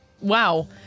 Wow